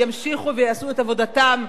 ימשיכו ויעשו את עבודתם,